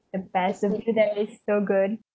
the best of that is so good